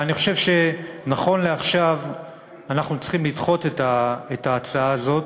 אני חושב שנכון לעכשיו אנחנו צריכים לדחות את ההצעה הזאת